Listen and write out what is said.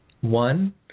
One